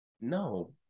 no